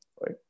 right